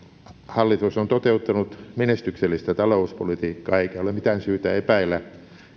hallitus on toteuttanut menestyksellistä talouspolitiikkaa eikä ole mitään syytä epäillä